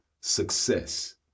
success